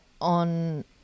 on